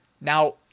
Now